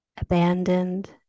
abandoned